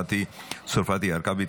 מטי צרפתי הרכבי,